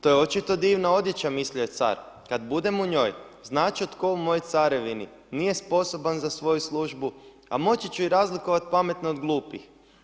To je očito divna odjeća, mislio je car, kada budem u njoj, znati će tko u mojoj carevini nije sposoban za svoju službu, a moći ću i razlikovati pametne od glupih.